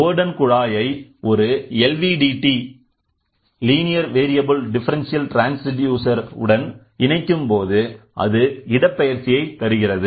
Bourdon குழாயை ஒரு LVDT உடன் இணைக்கும்போது அது இடப்பெயர்ச்சியை தருகிறது